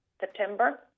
September